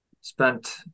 spent